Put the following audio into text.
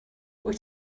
wyt